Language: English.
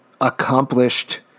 accomplished